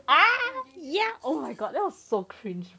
ah ya oh my god that was so cringe